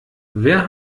wer